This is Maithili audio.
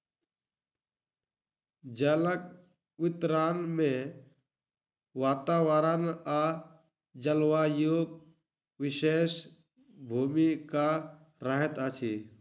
जलक वितरण मे वातावरण आ जलवायुक विशेष भूमिका रहैत अछि